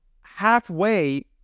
halfway